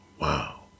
Wow